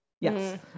Yes